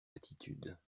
attitudes